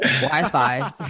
Wi-Fi